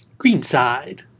Greenside